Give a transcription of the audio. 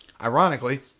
Ironically